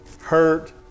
hurt